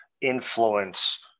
influence